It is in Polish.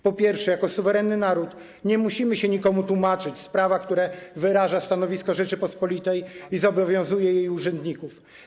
Po pierwsze, jako suwerenny naród nie musimy się nikomu tłumaczyć z prawa, które wyraża stanowisko Rzeczypospolitej i zobowiązuje jej urzędników.